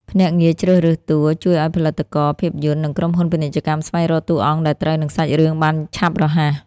ភ្នាក់ងារជ្រើសរើសតួ ជួយឱ្យផលិតករភាពយន្ត និងក្រុមហ៊ុនពាណិជ្ជកម្មស្វែងរកតួអង្គដែលត្រូវនឹងសាច់រឿងបានឆាប់រហ័ស។